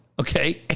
Okay